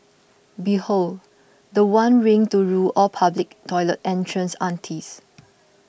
behold the one ring to rule all public toilet entrance aunties